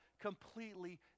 completely